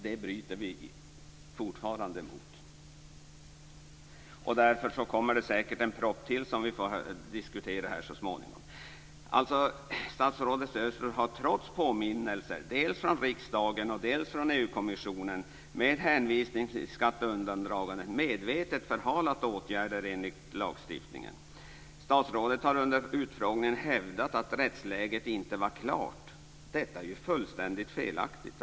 Det bryter vi fortfarande mot. Därför kommer det säkert en proposition till som vi så småningom får diskutera. Statsrådet Östros har alltså trots påminnelser, dels från riksdagen och dels från EU-kommissionen, med hänvisning till skatteundandragandet medvetet förhalat åtgärder enligt lagstiftningen. Statsrådet har under utfrågningen hävdat att rättsläget inte var klart. Detta är ju fullständigt felaktigt.